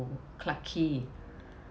clarke quay